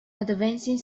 advancing